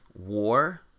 War